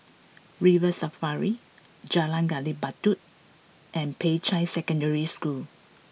River Safari Jalan Gali Batu and Peicai Secondary School